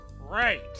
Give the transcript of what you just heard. right